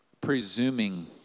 presuming